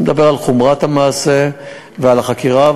אני מדבר על חומרת המעשה ועל החקירה,